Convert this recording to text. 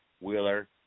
Wheeler